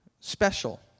special